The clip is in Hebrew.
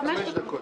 דקות.